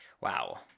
Wow